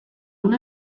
una